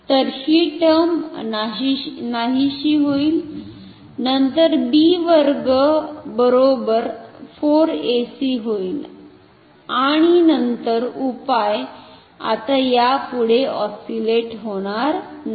तर ही टर्म नाहीशी होईल नंतर b वर्ग बरोबर 4 ac होईल आणि नंतर उपाय आता यापुढे ऑस्सिलेट होणार नाही